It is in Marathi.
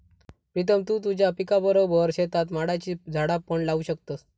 प्रीतम तु तुझ्या पिकाबरोबर शेतात माडाची झाडा पण लावू शकतस